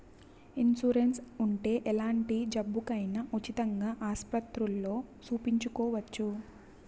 insurance ఉంటే ఎలాంటి జబ్బుకైనా ఉచితంగా ఆస్పత్రుల్లో సూపించుకోవచ్చు